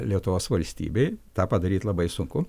lietuvos valstybei tą padaryt labai sunku